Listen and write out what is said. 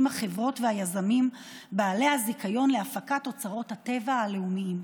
החברות והיזמים בעלי הזיכיון להפקת אוצרות הטבע הלאומים.